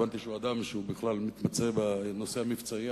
אני הבנתי שהוא אדם שמתמצא בנושא המבצעי,